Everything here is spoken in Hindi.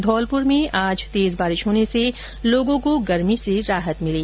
धौलपुर में आ तेज बारिश होने से लोगों को गर्मी से राहत मिली